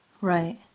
right